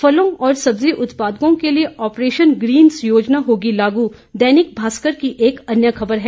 फलों और सब्जी उत्पादकों के लिए ऑपरेशन ग्रीन्स योजना होगी लागू दैनिक भास्कर की एक अन्य खबर है